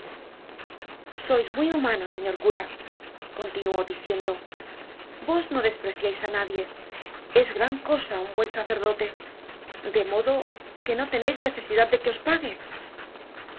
sois muy humano señor cura continuó diciendo vos no despreciais á nadie es gran cosa un buen sacerdote de modo que no teneis necesidad de que os pague